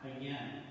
again